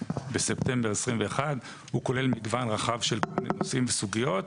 בספטמבר 21'. הוא כולל מגוון רחב של נושאים וסוגיות,